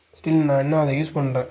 still நான் இன்னும் அதை யூஸ் பண்றேன்